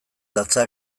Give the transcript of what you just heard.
datza